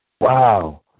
Wow